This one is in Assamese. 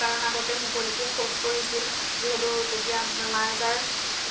কাৰণ আগতে মুকলিকৈ শৌচ কৰিছিল যিহেতু তেতিয়া বেমাৰ আজাৰ